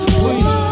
please